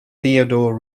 theodore